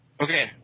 Okay